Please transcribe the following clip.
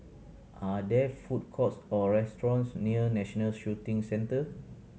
are there food courts or restaurants near National Shooting Centre